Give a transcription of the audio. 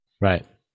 Right